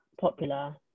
popular